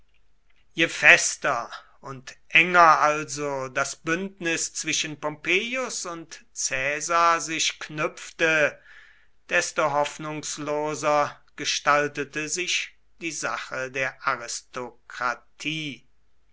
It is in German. je fester und enger also das bündnis zwischen pompeius und caesar sich knüpfte desto hoffnungsloser gestaltete sich die sache der aristokratie